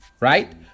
Right